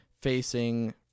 facing